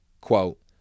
quote